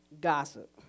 Gossip